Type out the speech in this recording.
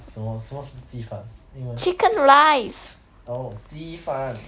什么什么是鸡饭英文 oh 鸡饭